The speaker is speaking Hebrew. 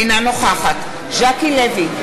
אינה נוכחת ז'קי לוי,